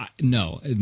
No